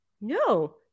No